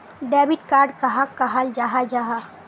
Debit card कहाक कहाल जाहा जाहा?